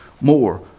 more